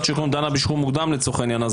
השחרורים דנה בשחרור מוקדם לצורך העניין,